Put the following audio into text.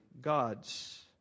God's